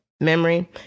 memory